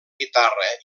guitarra